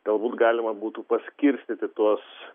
galbūt galima būtų paskirstyti tuos